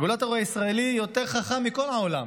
הרגולטור הישראלי יותר "חכם" מכל העולם,